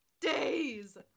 Days